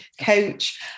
coach